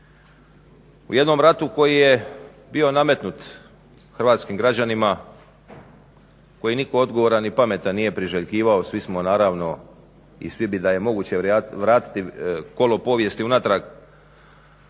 U jednom ratu koji je bi nametnut hrvatskim građanima, koji nitko pametan i odgovoran nije priželjkivao. Svi smo naravno i svi bi da je moguće vratiti kolo povijesti unatrag